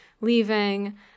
leaving